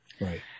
right